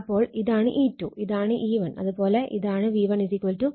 അപ്പോൾ ഇതാണ് E2 ഇതാണ് E1 അത് പോലെ ഇതാണ് V1 E1